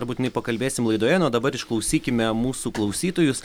dar būtinai pakalbėsim laidoje na o dabar išklausykime mūsų klausytojus